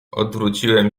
odwróciłem